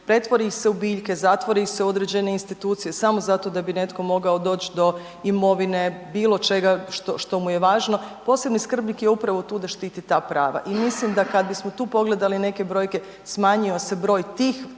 pretvori ih se u biljke, zatvori ih se u određene institucije samo zato da bi netko mogao doć do imovine, bilo čega što mu je važno, posebni skrbnik je upravo tu da štiti ta prava i mislim kad bismo tu pogledali neke brojke smanjio se broj tih,